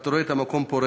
ואתה רואה את המקום פורח.